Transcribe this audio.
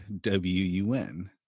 W-U-N